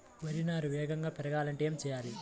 వరి నారు వేగంగా పెరగాలంటే ఏమి చెయ్యాలి?